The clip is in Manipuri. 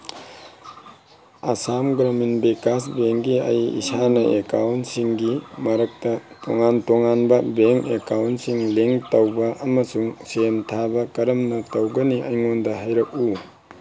ꯑꯁꯥꯝ ꯒ꯭ꯔꯃꯤꯟ ꯕꯤꯀꯥꯁ ꯕꯦꯡꯒꯤ ꯑꯩ ꯏꯁꯥꯅ ꯑꯦꯀꯥꯎꯟꯁꯤꯡꯒꯤ ꯃꯔꯛꯇ ꯇꯣꯉꯥꯟ ꯇꯣꯉꯥꯟꯕ ꯕꯦꯡ ꯑꯦꯀꯥꯎꯟꯁꯤꯡ ꯂꯤꯡ ꯇꯧꯕ ꯑꯃꯁꯨꯡ ꯁꯦꯟ ꯊꯥꯕ ꯀꯔꯝꯅ ꯇꯧꯒꯅꯤ ꯑꯩꯉꯣꯟꯗ ꯍꯥꯏꯔꯛꯎ